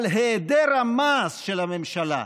אבל בהיעדר המעש של הממשלה,